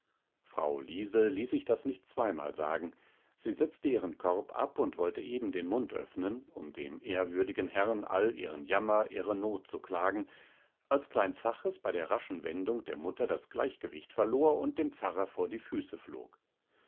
frau liese ließ sich das nicht zweimal sagen sie setzte ihren korb ab und wollte eben den mund öffnen um dem ehrwürdigen herrn all ihren jammer ihre not zu klagen als klein zaches bei der raschen wendung der mutter das gleichgewicht verlor und dem pfarrer vor die füße flog